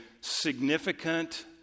significant